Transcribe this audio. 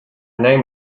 name